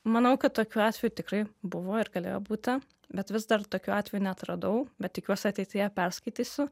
manau kad tokių atvejų tikrai buvo ir galėjo būti bet vis dar tokių atvejų neatradau bet tikiuos ateityje perskaitysiu